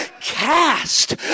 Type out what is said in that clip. Cast